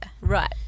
Right